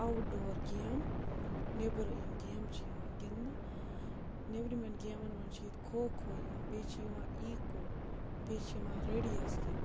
out ڈور game نیٚبٕر یِم گیمہٕ چھِ یِوان گِنٛدنہٕ نیٚبرِمٮ۪ن گیمَن منٛز چھِ ییٚتہِ کھو کھو یِوان بیٚیہِ چھِ یِوان ایٖکو بیٚیہِ چھِ یِوان رٔڈِیَس گِنٛدنہٕ